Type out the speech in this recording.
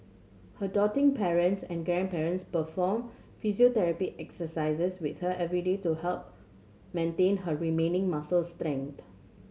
her doting parents and grandparents perform physiotherapy exercises with her every day to help maintain her remaining muscle strength